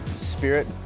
spirit